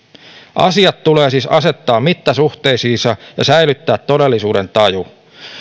asiat tulee siis asettaa mittasuhteisiinsa ja säilyttää todellisuudentaju